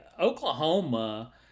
Oklahoma